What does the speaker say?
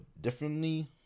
differently